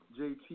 JT